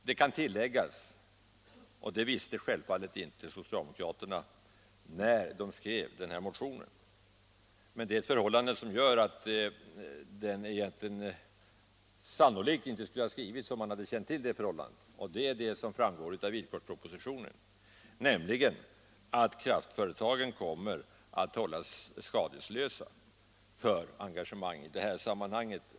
Det kan tilläggas — och det visste självfallet inte socialdemokraterna när de skrev motionen, i så fall hade de sannolikt inte skrivit den — att kraftföretagen enligt villkorspropositionen kommer att hållas skadeslösa för vissa engagemang i detta sammanhang.